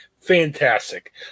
Fantastic